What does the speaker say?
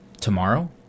tomorrow